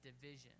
division